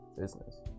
Business